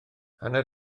hanner